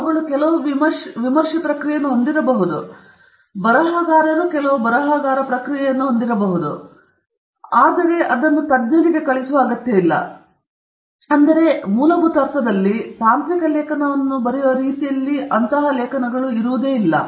ಅವುಗಳು ಕೆಲವು ವಿಮರ್ಶೆ ಪ್ರಕ್ರಿಯೆಯನ್ನು ಹೊಂದಿರಬಹುದು ಪ್ರಕಾಶಕರು ಕೆಲವು ಬರಹಗಾರ ಪ್ರಕ್ರಿಯೆಯನ್ನು ಹೊಂದಿರಬಹುದು ಅದನ್ನು ಅವರು ಪಡೆಯಲು ಬಯಸುವ ವಿಷಯವೇ ಎಂಬುದನ್ನು ತಿಳಿಯಲು ಆದರೆ ಮೂಲಭೂತ ಅರ್ಥದಲ್ಲಿ ಅವರು ತಾಂತ್ರಿಕ ಲೇಖನವನ್ನು ಬರೆಯುವ ರೀತಿಯಲ್ಲಿಯೇ ಇಲ್ಲ